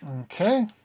Okay